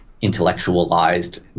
intellectualized